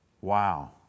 Wow